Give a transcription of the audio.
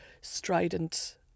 strident